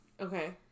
Okay